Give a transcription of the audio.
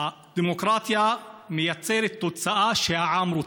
הדמוקרטיה מייצרת תוצאה שהעם רוצה.